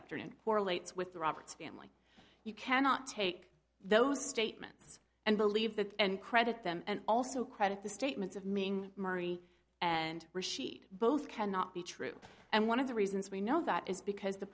afternoon correlates with the roberts family you cannot take those statements and believe that and credit them and also credit the statements of meaning marie and rashid both cannot be true and one of the reasons we know that is because the